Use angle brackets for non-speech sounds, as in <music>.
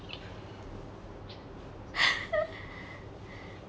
<laughs>